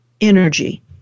energy